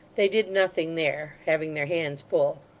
they did nothing there having their hands full.